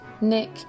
Nick